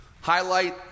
Highlight